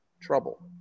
trouble